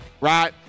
right